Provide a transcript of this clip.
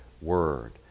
word